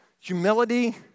Humility